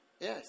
Yes